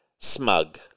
Smug